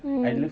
mm